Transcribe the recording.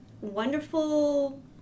wonderful